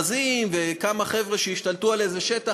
מאחזים וכמה חבר'ה שהשתלטו על איזה שטח,